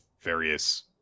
various